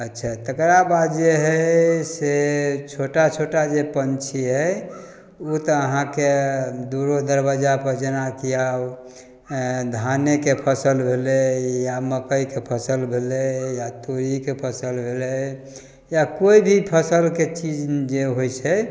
अच्छा तकरा बाद जे हइ से छोटा छोटा जे पंछी हइ ओ तऽ अहाँके दुआरो दरबज्जापर जेनाकि आब धानेके फसिल भेलै या मकइके फसिल भेलै या तोरीके फसिल भेलै या कोइ भी फसिलके चीज जे होइ छै